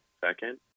second